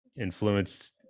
influenced